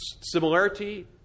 similarity